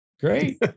Great